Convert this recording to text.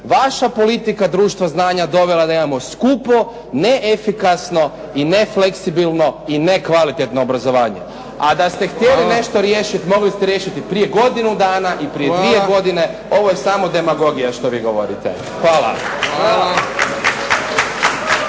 Vaša politika društva znanja dovela je da imamo skupo, neefikasno i nefleksibilno i nekvalitetno obrazovanje. A da ste htjeli nešto riješiti, mogli ste riješiti prije godinu dana i prije dvije godine. Ovo je samo demagogija što vi govorite. Hvala.